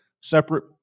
separate